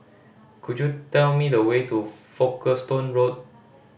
could you tell me the way to Folkestone Road